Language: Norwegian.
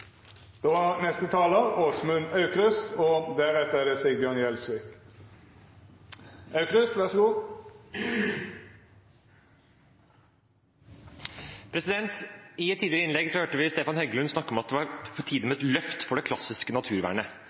I et tidligere innlegg hørte vi Stefan Heggelund snakke om at det var på tide med et løft for det klassiske naturvernet.